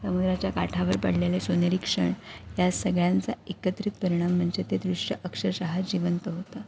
समुद्राच्या काठावर पडलेले सोनेरी क्षण या सगळ्यांचा एकत्रित परिणाम म्हणजे ते दृश्य अक्षरशः जिवंत होतं